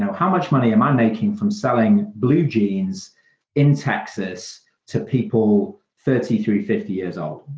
how much money am i making from selling blue jeans in texas to people thirty through fifty years old?